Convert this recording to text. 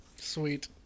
Sweet